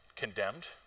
Condemned